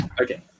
Okay